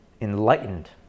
enlightened